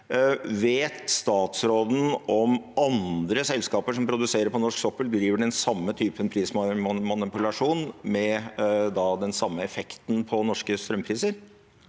Vet statsråden hvorvidt andre selskaper som produserer på norsk sokkel, driver med den samme typen prismanipulasjon, med den samme effekten på norske strømpriser?